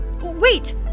Wait